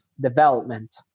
development